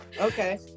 Okay